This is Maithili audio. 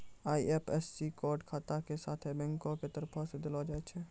आई.एफ.एस.सी कोड खाता के साथे बैंको के तरफो से देलो जाय छै